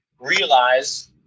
realize